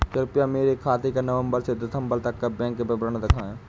कृपया मेरे खाते का नवम्बर से दिसम्बर तक का बैंक विवरण दिखाएं?